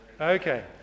Okay